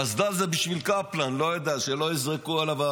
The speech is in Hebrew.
קסדה זה בשביל קפלן, לא יודע, שלא יזרקו עליו,